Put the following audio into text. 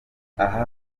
aha